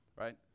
right